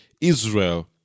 Israel